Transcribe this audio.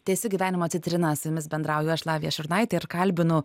tęsiu gyvenimo citrinas su jumis bendrauju aš lavija šurnaitė ir kalbinu